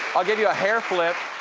i'll give you a hair flip.